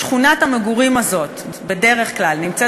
שכונת המגורים הזאת בדרך כלל נמצאת